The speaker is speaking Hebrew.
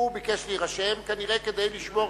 ביקש להירשם כדי לשמור